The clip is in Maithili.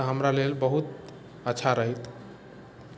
तऽ हमरा लेल बहुत अच्छा रहैत